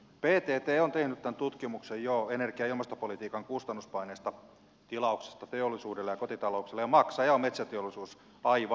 ptt on tehnyt tämän tutkimuksen joo energia ja ilmastopolitiikan kustannuspaineista tilauksesta teollisuudelle ja kotitalouksille ja maksaja on metsäteollisuus aivan